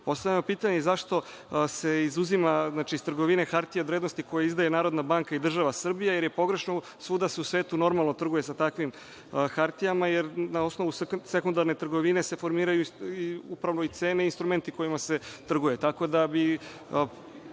papiru. Postavljamo pitanje i zašto se izuzima iz trgovine hartija od vrednosti koje izdaje Narodna banka i država Srbija, jer je pogrešno, svuda se u svetu normalno trguje sa takvim hartijama, jer na osnovu sekundarne trgovine se formiraju upravo i cene i instrumenti kojima se trguje. Bolji